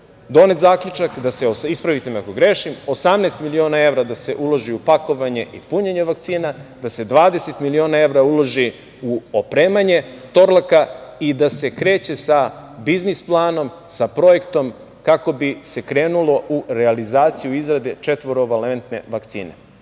donet zaključa, ispravite me ako grešim 18 miliona evra da se uloži u pakovanje i punjenje vakcina da se 20 miliona evra uloži u opremanje "Torlaka" i da se kreće sa biznis planom, sa projektom kako bi se krenulo u realizaciju izrade četvorovalentne vakcine. Ja